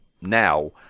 now